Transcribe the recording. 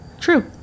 True